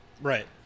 Right